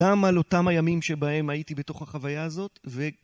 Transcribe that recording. גם על אותם הימים שבהם הייתי בתוך החוויה הזאת.